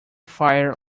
fire